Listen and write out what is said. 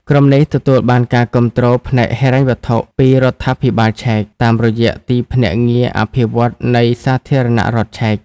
ក្រុមនេះទទួលបានការគាំទ្រផ្នែកហិរញ្ញវត្ថុពីរដ្ឋាភិបាលឆែក តាមរយៈទីភ្នាក់ងារអភិវឌ្ឍន៍នៃសាធារណរដ្ឋឆែក។